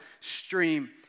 stream